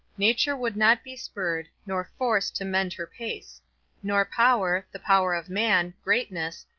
nature would not be spurred, nor forced to mend her pace nor power, the power of man, greatness,